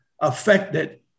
affected